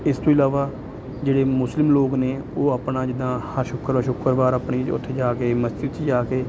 ਇਸ ਤੋਂ ਇਲਾਵਾ ਜਿਹੜੇ ਮੁਸਲਿਮ ਲੋਕ ਨੇ ਉਹ ਆਪਣਾ ਜਿੱਦਾਂ ਹਰ ਸ਼ੁੱਕਰਵਾਰ ਸ਼ੁੱਕਰਵਾਰ ਆਪਣੀ ਉੱਥੇ ਜਾ ਕੇ ਮਸਜਿਦ 'ਚ ਜਾ ਕੇ